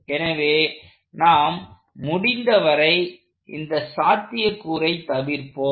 எனவே நாம் முடிந்தவரை இந்த சாத்திய கூறை தவிர்ப்போம்